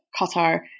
Qatar